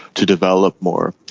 to develop more.